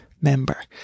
member